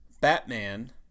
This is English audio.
Batman